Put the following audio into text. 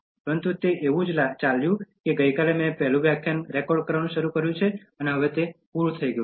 પરંતુ તે એવું જ ચાલ્યું કે ગઈકાલે મેં પહેલું વ્યાખ્યાન રેકોર્ડ કરવાનું શરૂ કર્યું છે અને તે હવે પૂર્ણ થઈ રહ્યું છે